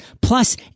Plus